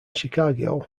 chicago